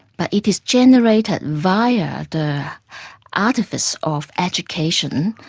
but it is generated via the artifice of education,